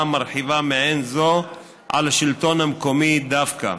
מרחיבה מעין זו על השלטון המקומי דווקא.